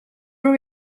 był